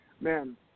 man